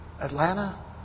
Atlanta